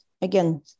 again